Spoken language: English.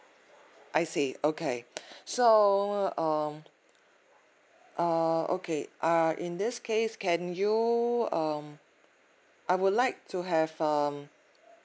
I see okay so um err okay uh in this case can you um I would like to have um